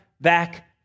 back